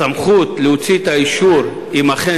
הסמכות להוציא את האישור, אם אותה